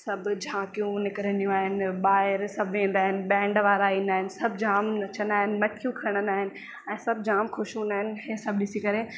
सभु झांकियूं निकिरींदियूं आहिनि ॿाहिरि सभु वेंदा आहिनि बैंड वारा ईंदा आहिनि सभु जाम नचंदा आहिनि मटकियूं खणंदा आहिनि ऐं सभु जाम खुश हूंदा आहिनि हे सभु ॾिसी करे